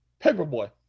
Paperboy